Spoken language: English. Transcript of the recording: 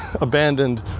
abandoned